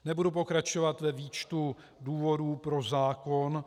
Nebudu pokračovat ve výčtu důvodů pro zákon.